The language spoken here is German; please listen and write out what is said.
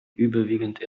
überwiegend